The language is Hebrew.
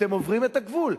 אתם עוברים את הגבול.